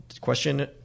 Question